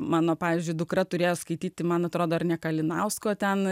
mano pavyzdžiui dukra turėjo skaityti man atrodo ne kalinausko ten